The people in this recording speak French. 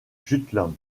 jutland